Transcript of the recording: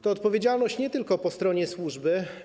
To jest odpowiedzialność nie tylko po stronie służby.